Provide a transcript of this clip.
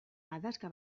adaxka